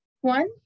One